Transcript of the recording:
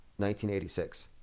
1986